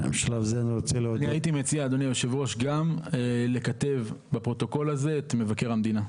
אני הייתי מציע אדוני היושב ראש גם לכתב בפרוטוקול הזה את מבקר המדינה.